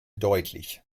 deutlich